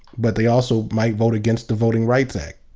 but they also might vote against the voting rights act,